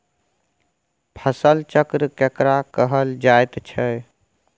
फसल चक्र केकरा कहल जायत छै?